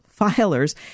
filers